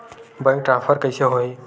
Bank transfer कइसे होही?